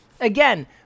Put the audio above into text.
Again